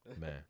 Man